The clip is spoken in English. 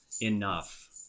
enough